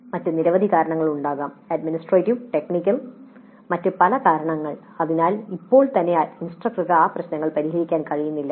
മറ്റ് നിരവധി കാരണങ്ങളുണ്ടാകാം അഡ്മിനിസ്ട്രേറ്റീവ് ടെക്നിക്കൽ മറ്റ് പല കാരണങ്ങൾ അതിനാൽ ഇപ്പോൾ തന്നെ ഇൻസ്ട്രക്ടർക്ക് ആ പ്രശ്നങ്ങൾ പരിഹരിക്കാൻ കഴിയുന്നില്ല